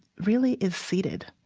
really is seated,